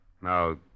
Now